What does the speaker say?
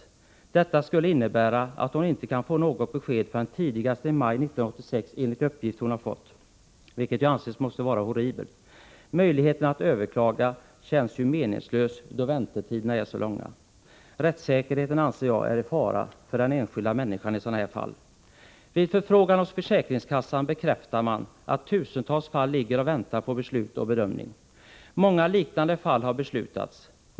Enligt uppgifter hon har fått skulle det innebära att hon inte kan få något besked förrän tidigast i maj 1986, vilket måste vara horribelt. Möjligheten att överklaga känns meningslös då väntetiderna är så långa. I sådana här fall anser jag att rättssäkerheten för den enskilda människan är i fara. Vid förfrågan hos försäkringskassan bekräftar man att tusentals fall ligger och väntar på beslut och bedömning. Många liknande fall finns.